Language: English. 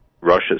Russia